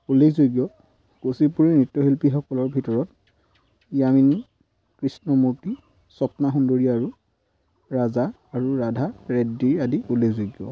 উল্লেযোগ্য কুচিপুড়ি নৃত্যশিল্পীসকলৰ ভিতৰত য়ামিনী কৃষ্ণ মূৰ্তি স্বপ্না সুন্দৰীয় আৰু ৰাজা আৰু ৰাধা ৰেডডিৰ আদি উল্লেখযোগ্য